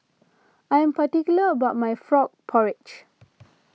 I am particular about my Frog Porridge